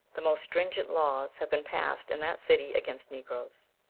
the most stringent laws have been passed in that city against negroes,